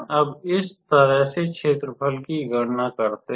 अब इस तरह से क्षेत्रफल की गणना करते हैं